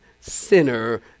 sinner